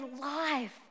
life